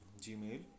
gmail